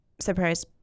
Surprise